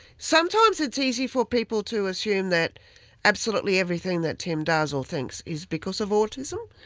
sometimes it's easy for people to assume that absolutely everything that tim does or thinks is because of autism,